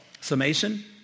summation